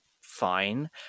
fine